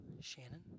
Shannon